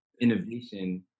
innovation